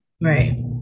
Right